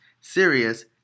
Sirius